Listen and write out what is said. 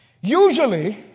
Usually